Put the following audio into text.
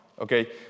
Okay